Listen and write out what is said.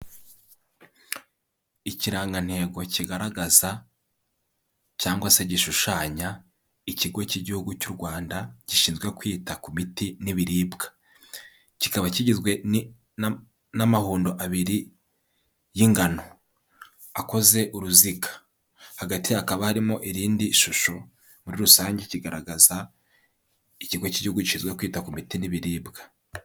Ikirangantego kigaragaza cyangwa se gishushanya ikigo k'igihugu cy'u Rwanda gishinzwe kwita ku miti n'ibiribwa. Kikaba kigizwe n'amahundo abiri y'ingano akoze uruziga. Hagati hakaba harimo irindi shusho muri rusange kigaragaza ikigo cy'igihugu gishinzwe kwita ku miti n'ibiribwa.